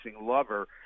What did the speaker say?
lover